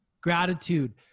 Gratitude